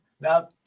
Now